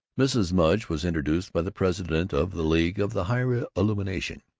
mrs. mudge was introduced by the president of the league of the higher illumination,